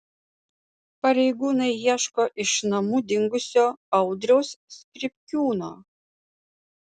pareigūnai ieško iš namų dingusio audriaus skripkiūno